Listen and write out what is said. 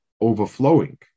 overflowing